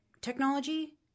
technology